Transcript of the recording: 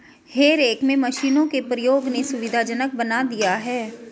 हे रेक में मशीनों के प्रयोग ने सुविधाजनक बना दिया है